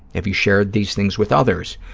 have you shared these things with others?